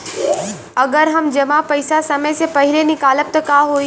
अगर हम जमा पैसा समय से पहिले निकालब त का होई?